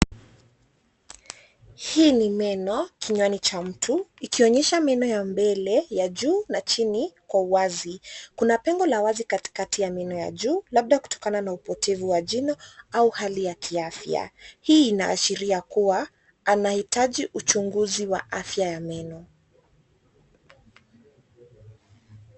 Hii ni meno kinywani cha mtu ikionyesha meno ya mbele ya juu na chini kwa uwazi. Kuna pengo la wazi katikati ya meno ya juu labda kutokana na upotevu wa jino au hali ya kiafya. Hii inaashiria kuwa anahitaji uchunguzi wa afyq ya meno.